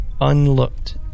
unlooked